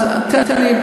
אז תן לי.